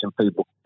people